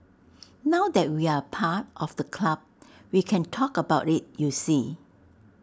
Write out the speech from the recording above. now that we're part of the club we can talk about IT you see